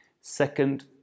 Second